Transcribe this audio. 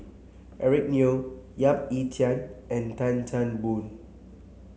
Eric Neo Yap Ee Chian and Tan Chan Boon